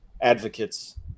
advocates